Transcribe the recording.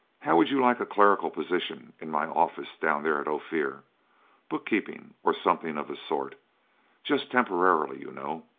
how would you like a clerical position in my office down there at ophir book-keeping or something of the sort just temporarily, you know?